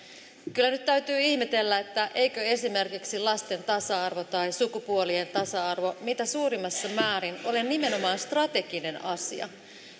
kyllä nyt täytyy ihmetellä eikö esimerkiksi lasten tasa arvo tai sukupuolten tasa arvo mitä suurimmassa määrin ole nimenomaan strateginen asia